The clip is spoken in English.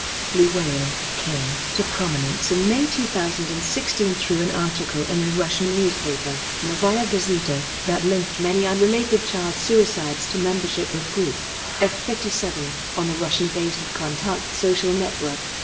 blue whale came to prominence in may two thousand and sixteen through an article in a russian newspaper, novaya gazeta, that linked many unrelated child suicides to membership of group f five seven on the russian-based vkontakte social network.